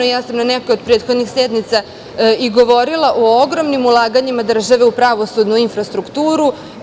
Na nekoj od prethodnih sednica sam i govorila o ogromnim ulaganjima države u pravosudnu infrastrukturu.